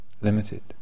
limited